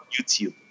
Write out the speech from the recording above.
youtube